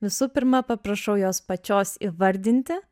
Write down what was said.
visų pirma paprašau jos pačios įvardinti